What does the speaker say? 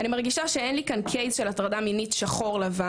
אני מרגישה שאין לי כאן קייס של הטרדה מינית שחור-לבן,